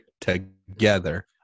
together